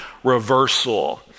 reversal